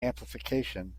amplification